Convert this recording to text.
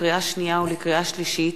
לקריאה שנייה ולקריאה שלישית,